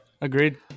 Agreed